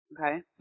okay